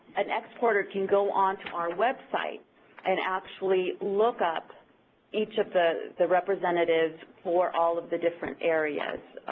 an exporter can go onto our website and actually look up each of the the representatives for all of the different areas.